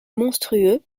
monstrueux